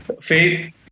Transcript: faith